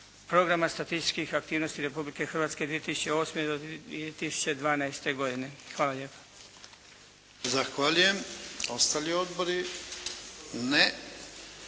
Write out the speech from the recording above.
programa statističkih aktivnosti Republike Hrvatske 2008. do 2012. godine. Hvala lijepa. **Jarnjak, Ivan (HDZ)** Zahvaljujem. Ostali odbori? Ne.